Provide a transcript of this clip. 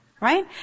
Right